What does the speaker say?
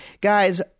Guys